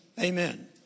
Amen